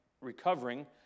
recovering